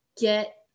get